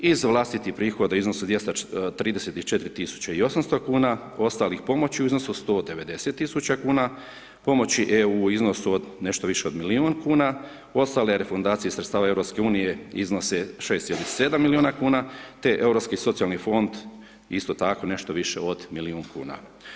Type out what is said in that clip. I iz vlastitih prihoda u iznosu od 234 tisuće i 800 kuna, ostalih pomoći u iznosu 190 tisuća kuna, pomoći EU u iznosu nešto više od milijun kuna, ostale refundacije sredstava EU iznose 6,7 milijuna kuna, te europski socijalni fond isto tako nešto više od milijun kuna.